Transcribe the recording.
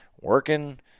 working